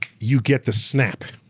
you get the snap.